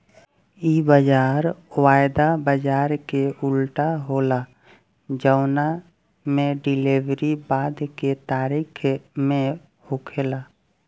इ बाजार वायदा बाजार के उल्टा होला जवना में डिलेवरी बाद के तारीख में होखेला